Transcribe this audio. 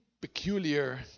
peculiar